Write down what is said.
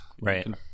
right